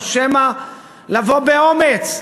או שמא לבוא באומץ,